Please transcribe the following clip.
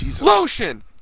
Lotion